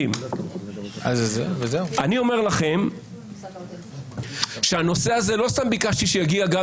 אני אומר לכם שלא סתם ביקשתי שיגיע גם